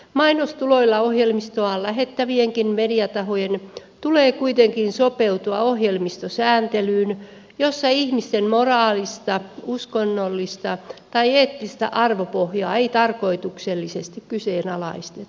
mainostuloillakin ohjelmistoa lähettävien mediatahojen tulee kuitenkin sopeutua ohjelmistosääntelyyn jossa ihmisten moraalista uskonnollista tai eettistä arvopohjaa ei tarkoituksellisesti kyseenalaisteta